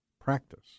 practice